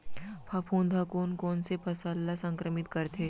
फफूंद ह कोन कोन से फसल ल संक्रमित करथे?